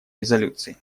резолюции